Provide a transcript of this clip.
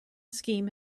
scheme